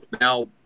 Now